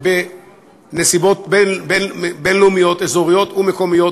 בנסיבות בין-לאומיות אזוריות ומקומיות,